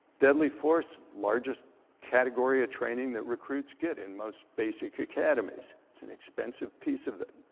deadly force largest category of training that recruits get in most basic academies. it's an expensive piece of it.